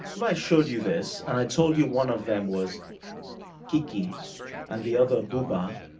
if i showed you this and i told you one of them was kiki and the other bouba,